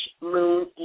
Moon